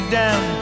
down